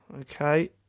Okay